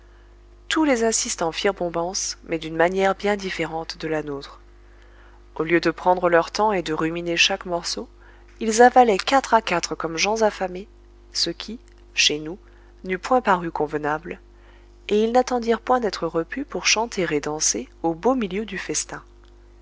tous les assistants firent bombance mais d'une manière bien différente de la nôtre au lieu de prendre leur temps et de ruminer chaque morceau ils avalaient quatre à quatre comme gens affamés ce qui chez nous n'eût point paru convenable et ils n'attendirent point d'être repus pour chanter et danser au beau milieu du festin